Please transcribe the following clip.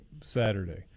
Saturday